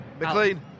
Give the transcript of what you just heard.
McLean